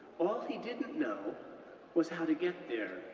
all he didn't know was how to get there,